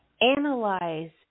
Analyze